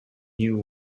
new